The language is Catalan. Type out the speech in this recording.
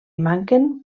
manquen